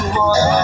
one